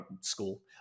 School